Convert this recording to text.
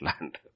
land